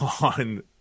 on